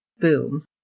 Boom